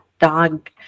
dog